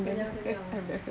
kenyal kenyal